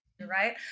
right